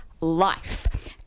Life